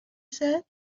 said